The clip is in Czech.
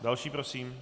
Další prosím.